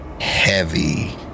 heavy